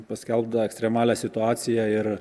paskelbtą ekstremalią situaciją ir